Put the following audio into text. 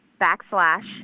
backslash